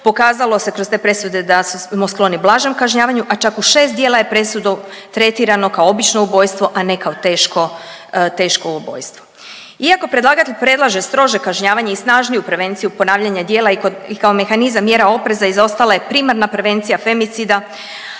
pokazalo se kroz te presude da smo skloni blažem kažnjavanju, a čak u 6 djela je presudu tretirano kao obično ubojstvo, a ne kao teško, teško ubojstvo. Iako predlagatelj predlaže strože kažnjavanje i snažniju prevenciju ponavljanja djela i kao mehanizam mjera opreza izostala je primarna prevencija femicida,